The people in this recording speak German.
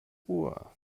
uhr